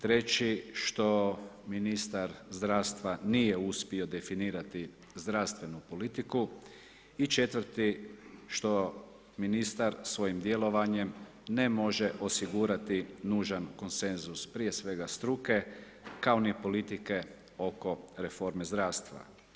Treći, što ministar zdravstva nije uspio definirati zdravstvenu politiku i četvrti što ministar svojim djelovanjem ne može osigurati nužan konsenzus, prije svega struke, kao ni politike oko reforme zdravstva.